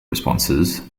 responses